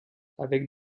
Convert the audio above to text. avec